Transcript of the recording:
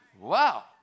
wow